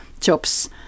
jobs